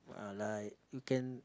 uh like you can